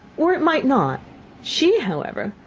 or it might not she, however,